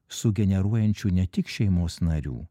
su generuojančiu ne tik šeimos narių